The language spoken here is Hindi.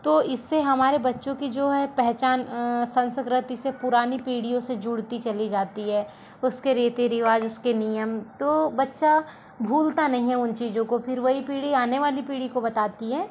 तो इससे हमारे बच्चों की जो है पहचान संस्कृति से पुरानी पीढ़ियों से जुड़ती चली जाती है उसके रीति रिवाज़ उसके नियम तो बच्चा भूलता नहीं है उन चीज़ों को फिर वही पीढ़ी आने वाली पीढ़ी को बताती है